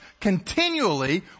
continually